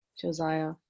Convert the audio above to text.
Josiah